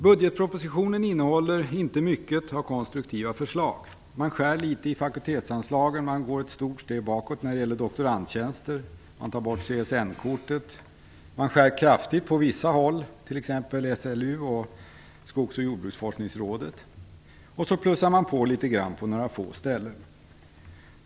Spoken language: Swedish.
Budgetpropositionen innehåller inte mycket av konstruktiva förslag. Man skär litet i fakultetsanslagen, och man går ett stort steg bakåt när det gäller doktorandtjänster. Man tar bort CSN-kortet. Man skär kraftigt på vissa håll, t.ex. på SLU och Skogs och jordbruksforskningsrådet. Och så plussar man på litet grand på några få ställen.